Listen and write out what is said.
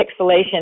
pixelation